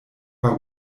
war